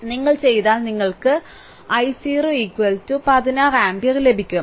അതിനാൽ നിങ്ങൾ ചെയ്താൽ നിങ്ങൾക്ക് i0 1 6 ആമ്പിയർ ലഭിക്കും